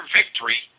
victory